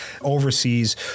Overseas